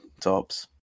tops